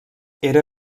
era